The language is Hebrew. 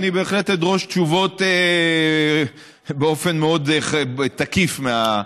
אני בהחלט אדרוש באופן מאוד תקיף תשובות מהמשטרה,